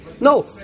No